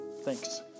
Thanks